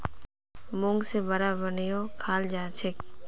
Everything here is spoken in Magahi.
मूंग से वड़ा बनएयों खाल जाछेक